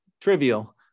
trivial